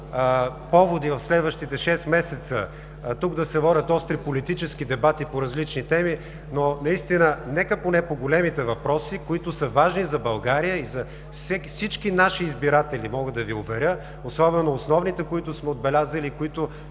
поводи в следващите шест месеца тук да се водят остри политически дебати по различни теми, но наистина нека поне по големите въпроси, които са важни за България и за всички наши избиратели, мога да Ви уверя, особено основните, които сме отбелязали, които